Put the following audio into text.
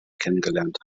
kennengelernt